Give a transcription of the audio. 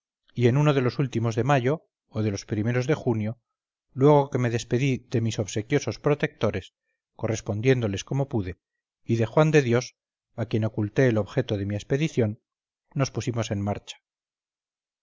y en uno de los últimos de mayo o de los primeros de junio luego que me despedí de mis obsequiosos protectores correspondiéndoles como pude y de juan de dios a quien oculté el objeto de mi expedición nos pusimos en marcha